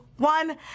One